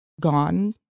gone